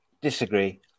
disagree